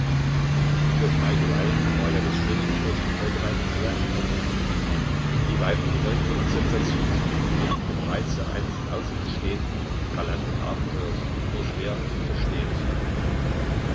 für schmeicheleien war ja das schöne geschlecht im allgemeinen sehr empfänglich und die weibliche neugier und sensationslust pflegte dem reize eines in aussicht stehenden galanten abenteuers nur schwer widerstehen zu können